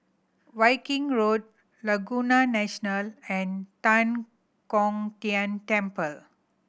Viking Road Laguna National and Tan Kong Tian Temple